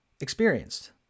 experienced